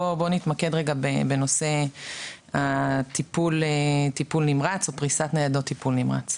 בוא נתמקד בנושא טיפול נמרץ או פריסת ניידות טיפול נמרץ.